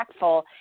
impactful